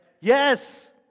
Yes